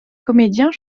comédiens